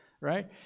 right